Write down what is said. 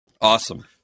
Awesome